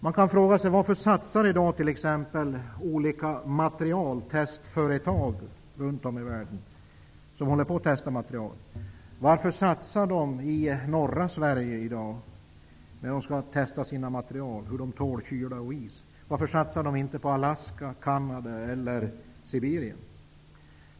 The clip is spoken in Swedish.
Man kan fråga sig varför olika företag som testar hur olika material tål kyla och is satsar på norra Sverige i dag. Varför satsar de inte på Alaska, Canada eller Sibirien?